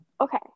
Okay